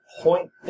point